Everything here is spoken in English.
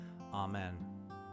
Amen